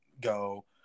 go